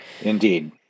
Indeed